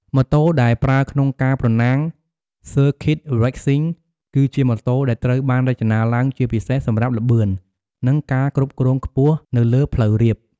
ម៉ូតូដែលប្រើក្នុងការប្រណាំង ស៊ើរឃីត រេសស៊ីង (Circuit Racing) គឺជាម៉ូតូដែលត្រូវបានរចនាឡើងជាពិសេសសម្រាប់ល្បឿន និងការគ្រប់គ្រងខ្ពស់នៅលើផ្លូវរាប។